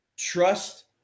Trust